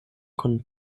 kun